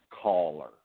Caller